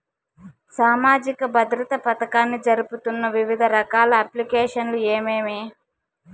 సామాజిక భద్రత పథకాన్ని జరుపుతున్న వివిధ రకాల అప్లికేషన్లు ఏమేమి?